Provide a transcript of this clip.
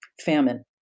famine